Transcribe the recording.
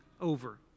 over